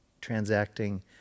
transacting